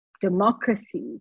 democracy